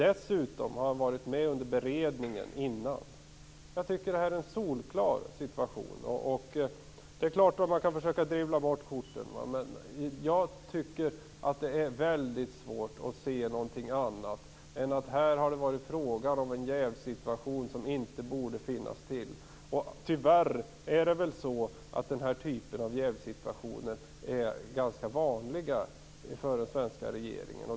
Han har dessutom varit med under beredningen innan. Jag tycker att det här är en solklar jävssituation. Det är klart att man kan försöka dribbla bort korten, men jag tycker att det är väldigt svårt att se någonting annat än att det här har varit frågan om en jävssituation som inte borde få uppstå. Tyvärr är den här typen av jävssituationer ganska vanliga för den svenska regeringen.